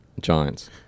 Giants